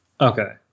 Okay